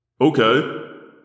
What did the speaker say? Okay